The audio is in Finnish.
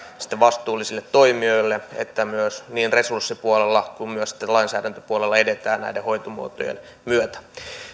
vastuullisille toimijoille että niin resurssipuolella kuin lainsäädäntöpuolella edetään näiden hoitomuotojen myötä